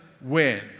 win